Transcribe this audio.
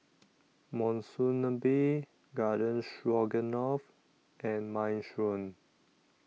Monsunabe Garden Stroganoff and Minestrone